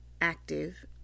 active